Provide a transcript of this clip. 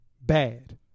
bad